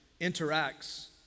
interacts